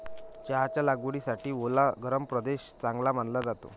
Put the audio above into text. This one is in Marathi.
चहाच्या लागवडीसाठी ओला गरम प्रदेश चांगला मानला जातो